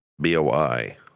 B-O-I